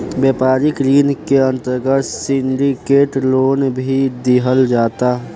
व्यापारिक ऋण के अंतर्गत सिंडिकेट लोन भी दीहल जाता